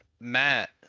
Matt